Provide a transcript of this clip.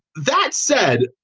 that said,